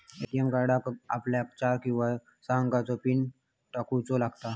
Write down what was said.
ATM कार्डाक आपल्याक चार किंवा सहा अंकाचो पीन ठेऊचो लागता